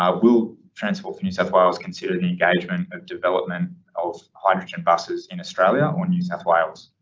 ah will transport for new south wales consider the engagement of development of hydrogen buses in australia or new south wales?